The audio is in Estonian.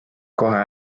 kohe